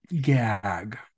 Gag